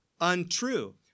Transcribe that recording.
untrue